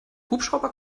hubschrauber